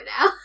now